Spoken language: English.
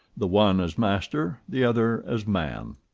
the one as master, the other as man